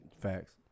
Facts